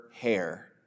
hair